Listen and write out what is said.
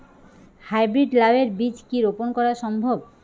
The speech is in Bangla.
হাই ব্রীড লাও এর বীজ কি রোপন করা সম্ভব?